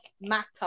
matter